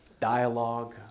dialogue